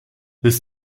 this